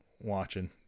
watching